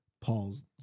Paul's